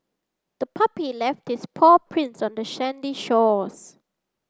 the puppy left its paw prints on the sandy shores